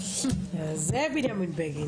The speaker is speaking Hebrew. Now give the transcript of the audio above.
זאב בנימין בגין,